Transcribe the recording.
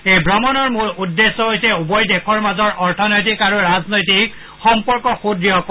এই ভ্ৰমণৰ মূল উদেশ্য হৈছে উভয় দেশৰ মাজৰ অৰ্থনৈতিক আৰু ৰাজনৈতিক সম্পৰ্ক সূদ্য় কৰা